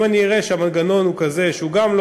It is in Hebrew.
אם אני אראה שהמנגנון הוא כזה שהוא גם לא